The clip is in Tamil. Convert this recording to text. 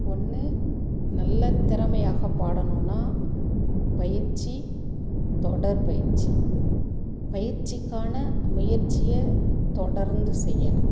ஒன்று நல்ல திறமையாக பாடணுனா பயிற்சி தொடர் பயிற்சி பயிச்சிக்கான முயற்சியை தொடர்ந்து செய்யணும்